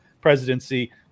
presidency